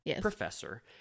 professor